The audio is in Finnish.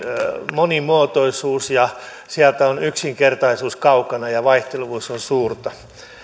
monimuotoisuus sieltä on yksinkertaisuus kaukana ja vaihtelevuus on suurta